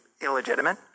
illegitimate